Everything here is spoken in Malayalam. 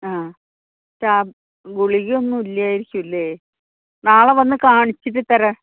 ആ ഗുളികയൊന്നും ഇല്ലായിരിക്കുമല്ലേ നാളെ വന്നു കാണിച്ചിട്ട് തരാം